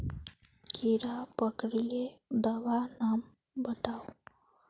कीड़ा पकरिले दाबा नाम बाताउ?